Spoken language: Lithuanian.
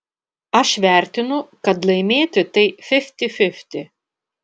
aš vertinu kad laimėti tai fifty fifty